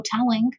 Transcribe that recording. hoteling